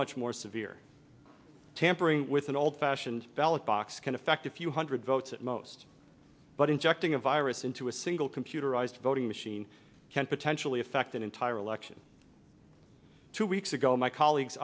much more severe tampering with an old fashioned ballot box can affect a few hundred votes at most but injecting a virus into a single computerized voting machine can potentially affect an entire election two weeks ago my colleagues